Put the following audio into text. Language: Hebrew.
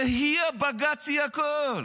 זה היא הבג"ץ, היא הכול.